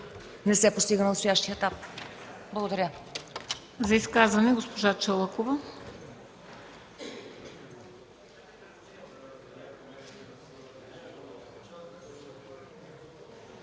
не се постига на настоящия етап. Благодаря.